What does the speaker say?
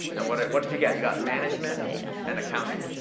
and what did what did you get? you got management and accounting,